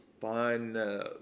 Fun